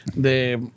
de